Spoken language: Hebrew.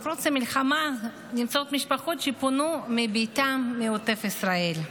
מפרוץ המלחמה נמצאות שם משפחות שפונו מביתן בעוטף ישראל.